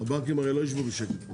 הבנקים הרי לא ישבו בשקט.